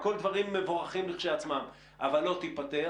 אלה הכול דברים מבורכים לכשעצמם אבל לא תיפתר